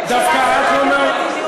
מדיניות הממשלה.